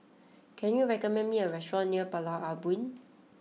can you recommend me a restaurant near Pulau Ubin